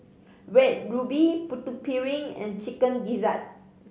Red Ruby Putu Piring and Chicken Gizzard